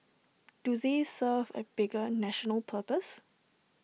do they serve A bigger national purpose